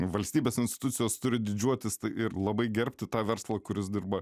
valstybės institucijos turi didžiuotis ir labai gerbti tą verslą kuris dirba